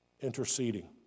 interceding